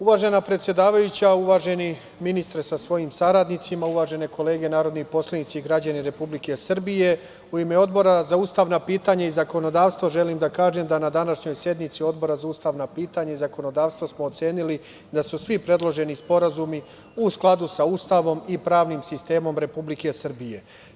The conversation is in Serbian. Uvažena predsedavajuća, uvaženi ministre sa svojim saradnicima, uvažene kolege narodni poslanici i građani Republike Srbije, u ime Odbora za ustavna pitanja i zakonodavstvo, želim da kažem da na današnjoj sednici Odbora za ustavna pitanja i zakonodavstvo smo ocenili da su svi predloženi sporazumi u skladu sa Ustavom i pravnim sistemom Republike Srbije.